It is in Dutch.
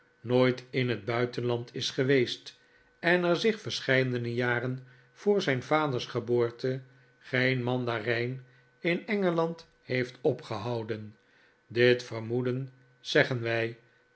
nooit in het buitenland is geweest en er zich verscheidene jaren voor zijn vaders geboorte geen mandarijn in engeland heeft opgehouden dit vermoeden zeggen wij